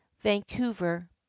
Vancouver